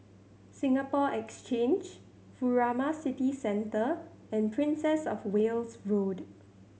Singapore Exchange Furama City Centre and Princess Of Wales Road